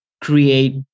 create